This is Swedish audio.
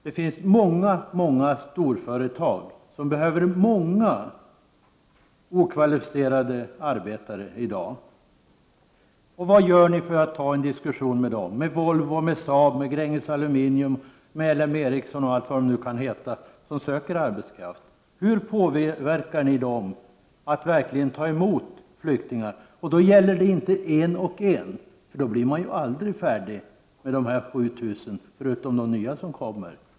Det finns många storföretag som i dag behöver många okvalificerade arbetare. Vad gör ni för att ta upp en diskussion med dem, t.ex. med Volvo, Saab, Gränges Aluminium, Ericsson m.fl., som söker arbetskraft? Hur påverkar ni dem att verkligen ta emot flyktingar? Det gäller inte en och en, för då blir man aldrig färdig med de 7000, förutom de nya som kommer.